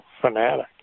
fanatic